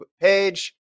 page